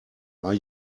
are